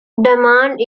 drummond